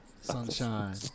Sunshine